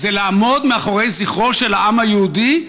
לעמוד מאחורי זכרו של העם היהודי,